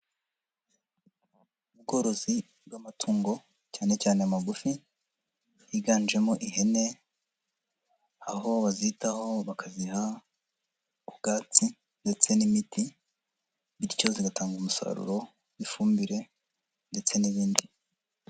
Ubworozi bw'amatungo cyane cyane amagufi higanjemo ihene, aho bazitaho bakaziha ubwatsi ndetse n'imiti, bityo zigatanga umusaruro w'ifumbire ndetse n'ibindi.